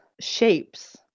shapes